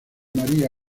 maria